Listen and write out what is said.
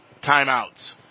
timeouts